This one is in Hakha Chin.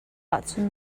ahcun